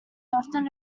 often